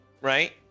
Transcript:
right